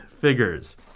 figures